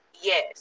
Yes